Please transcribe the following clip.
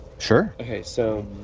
sure! okay, so.